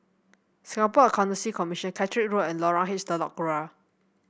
Singapore Accountancy Commission Caterick Road and Lorong H Telok Kurau